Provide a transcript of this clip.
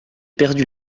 perdu